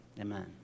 Amen